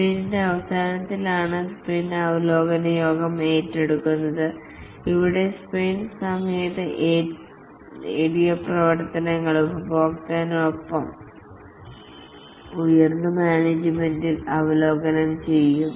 സ്പ്രിന്റിന്റെ അവസാനത്തിലാണ് സ്പ്രിന്റ് അവലോകന യോഗം ഏറ്റെടുക്കുന്നത് ഇവിടെ സ്പ്രിന്റ് സമയത്ത് നേടിയ പ്രവർത്തനങ്ങൾ ഉപഭോക്താവിനൊപ്പം ഉയർന്ന മാനേജുമെന്റിൽ അവലോകനം ചെയ്യും